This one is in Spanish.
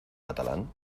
catalán